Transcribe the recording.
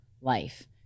life